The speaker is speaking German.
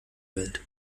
welt